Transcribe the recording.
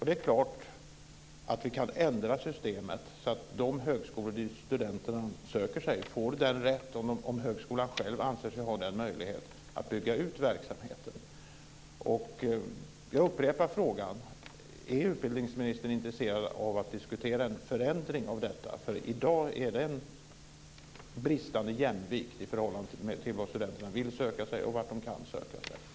Det är klart att vi kan ändra systemet så att de högskolor som studenterna söker sig till får rätt, om högskolan själv anser sig ha den möjligheten, att bygga ut verksamheten. Jag upprepar: Är utbildningsministern intresserad av att diskutera en förändring av detta? I dag är det en bristande jämvikt i förhållandet mellan vart studenterna vill söka sig och vart de kan söka sig?